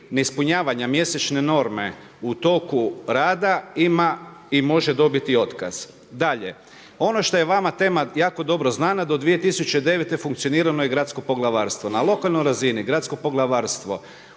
ne ispunjavanja mjesečne norme u toku rada ima i može dobiti otkaz. Dalje, ono što je vama tema jako dobro znana, do 2009. funkcionirano je Gradsko poglavarstvo. Na lokalnoj razini Gradsko poglavarstvo